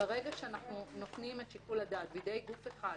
ברגע שאנחנו נותנים את שיקול הדעת בידי גוף אחד,